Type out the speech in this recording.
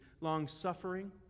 long-suffering